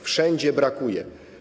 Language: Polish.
Wszędzie brakuje.